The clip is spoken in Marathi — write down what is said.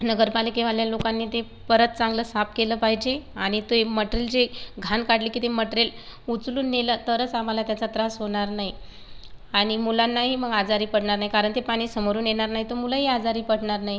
नगरपालिकावाल्या लोकांनी ते परत चांगलं साफ केलं पाहिजे आणि ते मटेरियल जे घाण काढली की ते मटेरियल उचलून नेलं तरच आम्हाला त्याचा त्रास होणार नाही आणि मुलांनाही मग आजारी पडणार नाही कारण ते पाणी समोरून येणार नाही तर मुलंही आजारी पडणार नाही